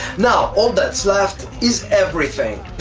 now all that's left is everything!